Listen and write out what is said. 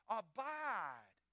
abide